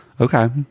Okay